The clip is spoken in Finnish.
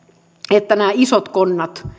että nämä isot konnat